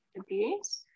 abuse